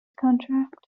contract